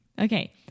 Okay